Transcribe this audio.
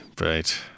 right